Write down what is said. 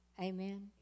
Amen